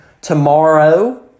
tomorrow